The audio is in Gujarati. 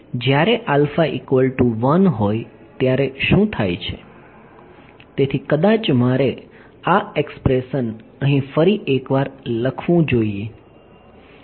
પરંતુ જ્યારે હોય ત્યારે શું થાય છે તેથી કદાચ મારે આ એક્સપ્રેશન અહીં ફરી એકવાર લખવું જોઈએ